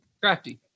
Crafty